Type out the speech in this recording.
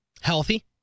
Healthy